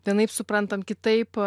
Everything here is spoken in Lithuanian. vienaip suprantam kitaip